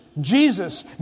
Jesus